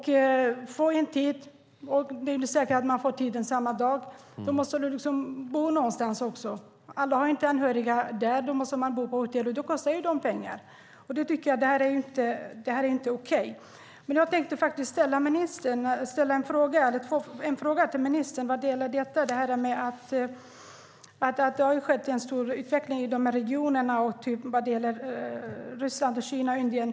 Det är inte säkert att man får en tid samma dag, och då måste man bo någonstans också. Alla har inte anhöriga där, då måste de bo på hotell och de kostar pengar. Jag tycker inte att det är okej. Jag vill ställa en fråga till ministern om detta. Det har skett en stor utveckling i de här regionerna i Ryssland, Kina och Indien.